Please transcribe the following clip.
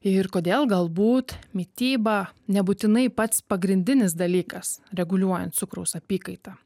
ir kodėl galbūt mityba nebūtinai pats pagrindinis dalykas reguliuojant cukraus apykaitą